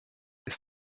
ist